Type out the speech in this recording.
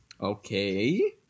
Okay